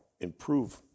improve